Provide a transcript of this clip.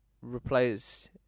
replace